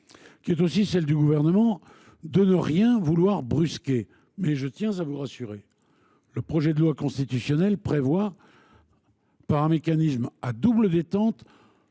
qui est aussi celle du Gouvernement, de ne rien vouloir brusquer. Je tiens à vous rassurer. Le projet de loi constitutionnelle prévoit, par un mécanisme à double détente,